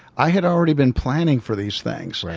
i had already been planning for these things.